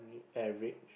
every